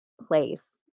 place